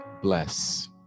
bless